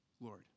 Lord